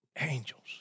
Angels